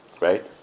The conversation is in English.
Right